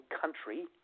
country